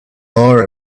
nor